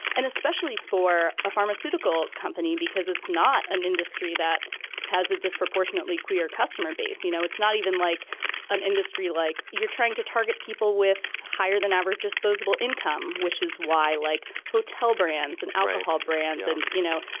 and especially for a pharmaceutical company, because it's not an industry that has a disproportionately queer customer base. you know, it's not even like an industry like you're trying to target people with higher than average disposable income, which is why like hotel brands and alcohol brands and, you know,